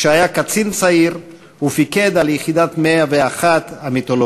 כשהיה קצין צעיר ופיקד על יחידה 101 המיתולוגית.